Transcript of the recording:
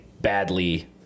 badly